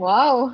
Wow